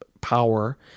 power